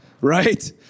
right